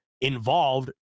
involved